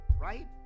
right